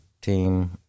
team